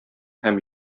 һәм